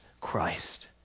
christ